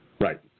Right